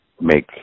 make